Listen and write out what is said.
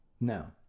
Now